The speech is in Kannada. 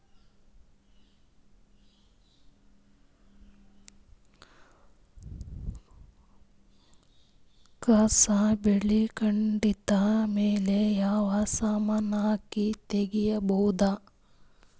ಕಸಾ ಬೇಲಿ ಕಡಿತ ಮೇಲೆ ಯಾವ ಸಮಾನ ಹಾಕಿ ತಗಿಬೊದ?